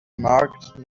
marked